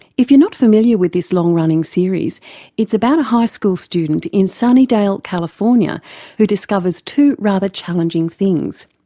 if you're not familiar with this long running series it's about a high school student in sunnydale california who discovers two rather challenging things.